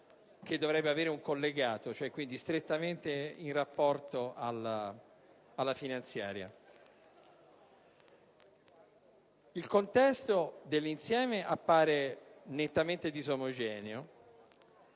Il contesto dell'insieme appare nettamente disomogeneo